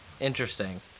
interesting